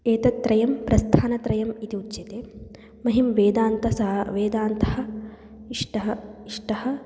एतत्त्रयं प्रस्थानत्रयम् इति उच्यते मह्यं वेदान्तसारः वेदान्तः इष्टः इष्टः